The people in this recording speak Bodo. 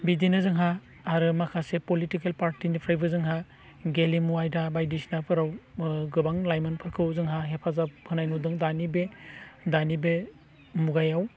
बिदिनो जोंहा आरो माखासे पलिटिकेल पार्टिनिफ्रायबो जोंहा गेलेमु आयदा बायदिसिनाफोराव गोबां लाइमोनफोरखौ जोंहा हेफाजाब होनाय नुदों दानि बे दानि बे मुगायाव